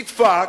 נדפק,